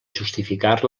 justificar